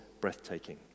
breathtaking